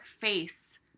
face